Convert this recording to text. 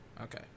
okay